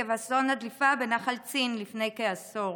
עקב אסון הדליפה בנחל צין לפני כעשור.